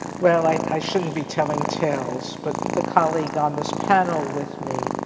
well i i shouldn't be telling tales but the colleague on this panel with me